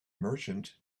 merchant